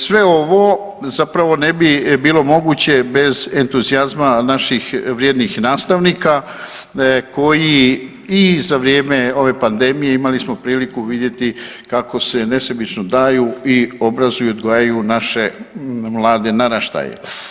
Sve ovo zapravo ne bi bilo moguće bez entuzijazma naših vrijednih nastavnika koji i za vrijeme ove pandemije imali smo priliku vidjeti kako se nesebično daju i obrazuju i odgajaju naše mlade naraštaje.